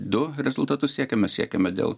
du rezultatus siekiame siekiame dėl